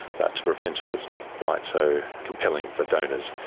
but to prevent it is not quite so compelling for donors.